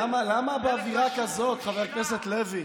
למה באווירה כזאת, חבר הכנסת לוי?